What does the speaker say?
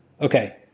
Okay